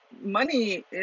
Money